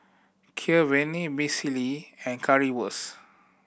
Kheer Vermicelli and Currywurst